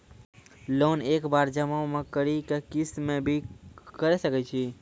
Loan एक बार जमा म करि कि किस्त मे भी करऽ सके छि?